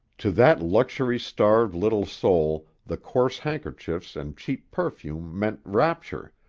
to that luxury-starved little soul the coarse handkerchiefs and cheap perfume meant rapture,